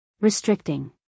restricting